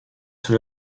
sur